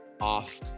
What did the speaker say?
off